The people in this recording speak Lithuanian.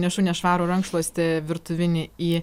nešu nešvarų rankšluostį virtuvinį į